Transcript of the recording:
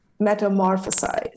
metamorphosized